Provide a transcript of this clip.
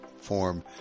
form